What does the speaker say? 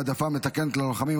העדפה מתקנת ללוחמים),